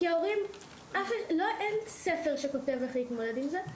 כי להורים אין ספר שכותב איך להתמודד עם זה,